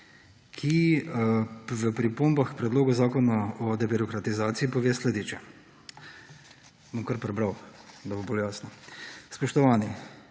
ki o pripombah k Predlogu zakona o debirokratizaciji pove naslednje. Bom kar prebral, da bo bolj jasno. »Spoštovani,